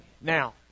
now